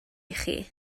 chi